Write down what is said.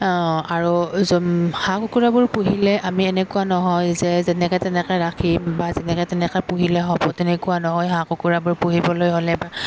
আৰু হাঁহ কুকুৰাবোৰ পুহিলে আমি এনেকুৱা নহয় যে যেনেকৈ তেনেকৈ ৰাখিম বা যেনেকৈ তেনেকৈ পুহিলে হ'ব তেনেকুৱা নহয় হাঁহ কুকুৰাবোৰ পুহিবলৈ হ'লে বা